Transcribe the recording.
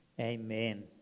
Amen